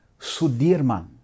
Sudirman